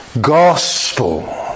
gospel